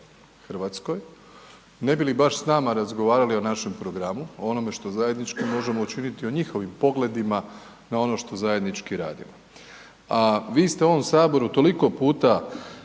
posjet RH, ne bi li baš s nama razgovarali o našem programu, o onome što zajednički možemo učiniti o njihovim pogledima na ono što zajednički radimo. A vi ste u ovom Saboru toliko puta